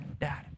dad